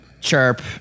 Chirp